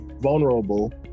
vulnerable